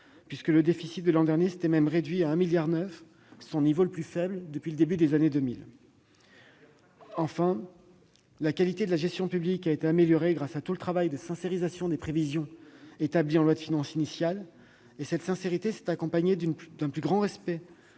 puisque le déficit de l'an dernier avait même été réduit à 1,9 milliard d'euros, son niveau le plus faible depuis le début des années 2000. Enfin, la qualité de la gestion publique a été améliorée grâce au travail de sincérisation des prévisions établies en loi de finances initiale. La sincérité s'est accompagnée d'un plus grand respect